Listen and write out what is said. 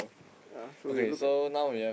ya so we'll look at